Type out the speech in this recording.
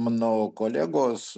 mano kolegos